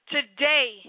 Today